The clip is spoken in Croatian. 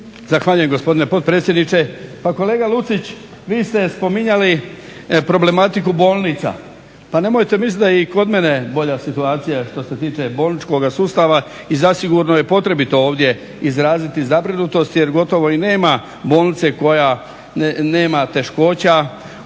Zahvaljujem gospodine potpredsjedniče. Pa kolega Lucić vi ste spominjali problematiku bolnica. Pa nemojte misliti da je i kod mene bolja situacija što se tiče bolničkoga sustava i zasigurno je potrebito ovdje izraziti zabrinutost jer gotovo i nema bolnice koja nema teškoća